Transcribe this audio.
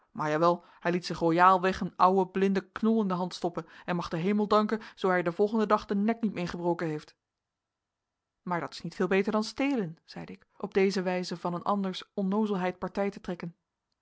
maar jawel hij liet zich royaal weg een ouwen blinden knol in de handen stoppen en mag den hemel danken zoo hij er den volgenden dag den nek niet mee gebroken heeft maar dat is niet veel beter dan stelen zeide ik op deze wijze van eens anders onnoozelheid partij te trekken